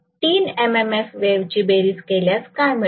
तीन M M F वेव्हची बेरीज केल्यास काय मिळेल